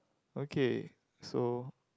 okay so